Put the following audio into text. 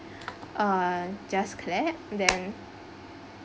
uh just clap then